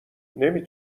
نمی